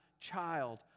child